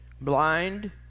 blind